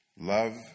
Love